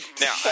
Now